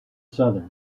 southern